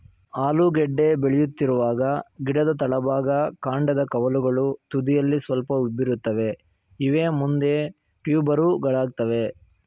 ಆಲೂಗೆಡ್ಡೆ ಬೆಳೆಯುತ್ತಿರುವಾಗ ಗಿಡದ ತಳಭಾಗ ಕಾಂಡದ ಕವಲುಗಳು ತುದಿಯಲ್ಲಿ ಸ್ವಲ್ಪ ಉಬ್ಬಿರುತ್ತವೆ ಇವೇ ಮುಂದೆ ಟ್ಯೂಬರುಗಳಾಗ್ತವೆ